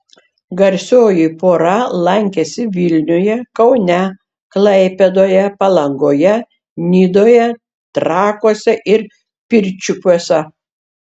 garsioji pora lankėsi vilniuje kaune klaipėdoje palangoje nidoje trakuose ir pirčiupiuose